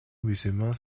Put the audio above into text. musulmans